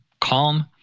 calm